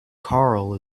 karl